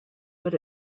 but